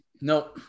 no